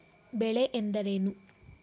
ಬೆಳೆ ಎಂದರೇನು?